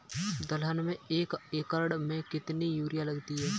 दलहन में एक एकण में कितनी यूरिया लगती है?